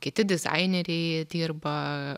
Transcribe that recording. kiti dizaineriai dirba